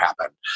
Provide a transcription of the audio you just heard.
happen